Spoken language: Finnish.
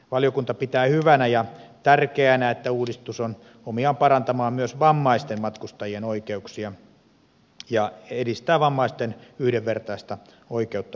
valiokunta pitää hyvänä ja tärkeänä että uudistus on omiaan parantamaan myös vammaisten matkustajien oikeuksia ja edistää vammaisten yhdenvertaista oikeutta matkustamiseen